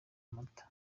amata